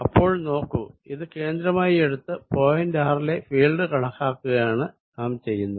അപ്പോൾ നോക്കൂ ഇത് കേന്ദ്രമായി എടുത്ത് പോയിന്റ് r ലെ ഫീൽഡ് കണക്കാക്കുകയാണ് നാം ചെയ്യുന്നത്